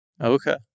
Okay